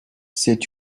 c’est